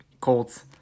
Colts